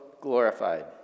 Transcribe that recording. glorified